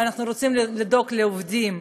אנחנו רוצים לדאוג לעובדים,